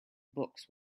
books